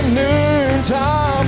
noontime